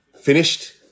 finished